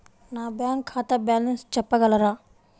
నా బ్యాంక్ ఖాతా బ్యాలెన్స్ చెప్పగలరా?